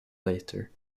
later